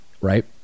right